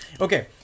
Okay